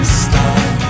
stop